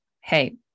hey